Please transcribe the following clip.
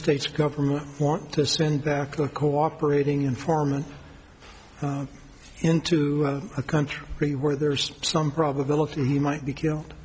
states government want to spend their cooperating informant into a country where there's some probability he might be killed